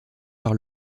par